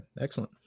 Excellent